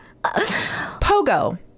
Pogo